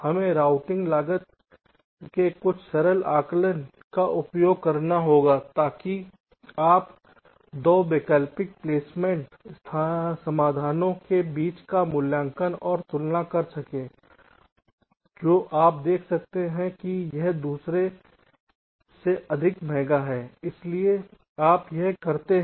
हमें रूटिंग लागत के कुछ सरल आकलन का उपयोग करना होगा ताकि आप 2 वैकल्पिक प्लेसमेंट समाधानों के बीच का मूल्यांकन और तुलना कर सकें जो आप देख सकते हैं कि यह दूसरे से अधिक महंगा है इसलिए आप यह करते हैं